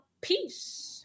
peace